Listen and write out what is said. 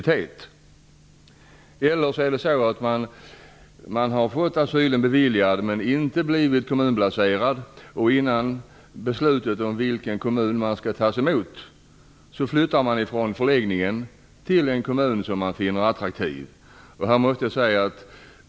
Problem kan också uppstå med personer som har beviljats asyl men som inte har blivit kommunplacerade. Innan beslut har fattats om i vilken kommun en viss person skall tas emot flyttar personen från förläggningen till en kommun som befinns vara attraktiv.